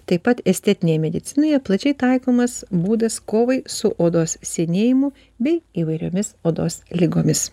taip pat estetinėje medicinoje plačiai taikomas būdas kovai su odos senėjimu bei įvairiomis odos ligomis